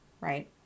Right